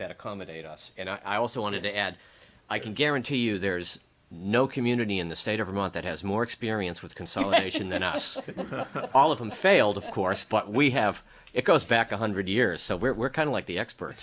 that accommodate us and i also want to add i can guarantee you there is no community in the state of vermont that has more experience with consolidation than us all of them failed of course but we have it goes back a hundred years so we're kind of like the expert